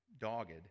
dogged